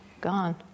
gone